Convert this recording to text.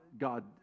God